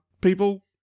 people